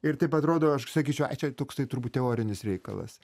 ir taip atrodo aš sakyčiau ai čia toksai turbūt teorinis reikalas